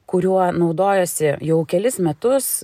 kuriuo naudojuosi jau kelis metus